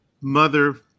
mother